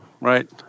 right